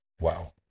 Wow